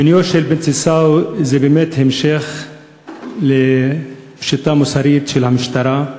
מינויו של בנצי סאו זה באמת המשך לפשיטת רגל מוסרית של המשטרה,